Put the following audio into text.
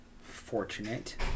fortunate